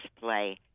play